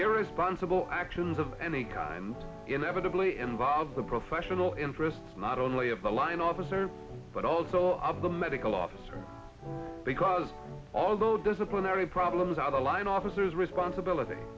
irresponsible actions of any kind inevitably involve the professional interest not only of the line officer but also of the medical officer because although disciplinary problems out a line officers responsibility